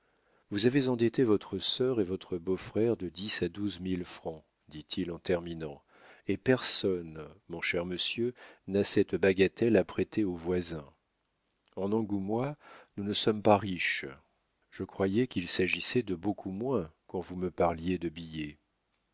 vous avez endetté votre sœur et votre beau-frère de dix à douze mille francs dit-il en terminant et personne mon cher monsieur n'a cette bagatelle à prêter au voisin en angoumois nous ne sommes pas riches je croyais qu'il s'agissait de beaucoup moins quand vous me parliez de billets